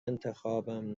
انتخابم